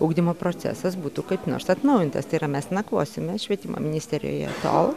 ugdymo procesas būtų kaip nors atnaujintas tai yra mes nakvosime švietimo ministerijoje tol